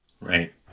Right